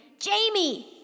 Jamie